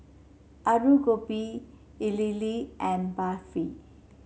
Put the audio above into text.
Alu Gobi Idili and Barfi